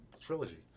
Trilogy